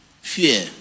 Fear